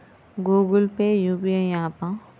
Google Pay UPI య్యాపా?